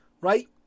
right